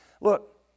Look